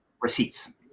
Receipts